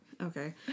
Okay